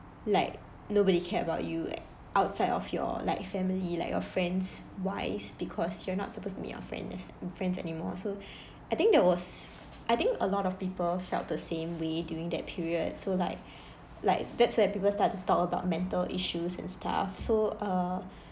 like nobody care about you like outside of your like family like your friends wise because you are not supposed to meet your friends and friends anymore so I think that was I think a lot of people felt the same way during that period so like like that's where people start to talk about mental issues and stuff so err